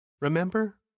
Remember